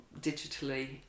digitally